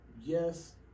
yes